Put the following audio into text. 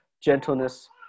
gentleness